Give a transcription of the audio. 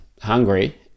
hungry